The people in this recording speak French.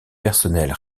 personnels